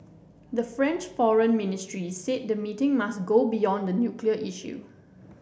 the French foreign ministry said the meeting must go beyond the nuclear issue